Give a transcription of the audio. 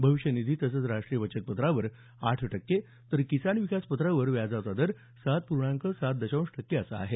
भविष्य निधी तसंच राष्टीय बचत पत्रावर आठ टक्के तर किसान विकास पत्रावर व्याजाचा दर सात पूर्णांक सात दशांश टक्के असा आहे